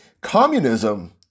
communism